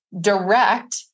direct